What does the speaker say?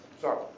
sorry